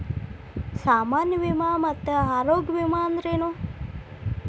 ಸಾಮಾನ್ಯ ವಿಮಾ ಮತ್ತ ಆರೋಗ್ಯ ವಿಮಾ ಅಂದ್ರೇನು?